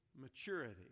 maturity